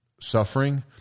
suffering